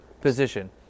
position